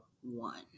One